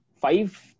five